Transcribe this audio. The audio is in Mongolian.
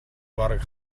бараг